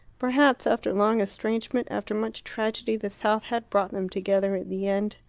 perhaps, after long estrangement, after much tragedy, the south had brought them together in the end.